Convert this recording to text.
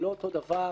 זה לא אותו דבר.